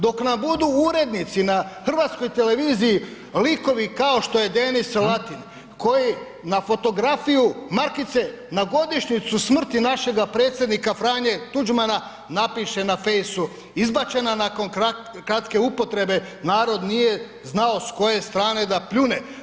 Dok nam budu urednici na HRT-u likovi kao što je Denis Latin koji na fotografiju markice na godišnjicu smrti našega Predsjednika F. Tuđmana, napiše na Face-u, izbačena nakon kratke upotrebe, narod nije znao s koje strane da pljune.